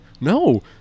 no